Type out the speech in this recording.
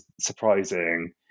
surprising